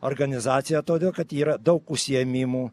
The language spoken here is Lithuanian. organizaciją todėl kad yra daug užsiėmimų